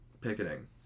picketing